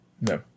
No